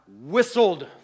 whistled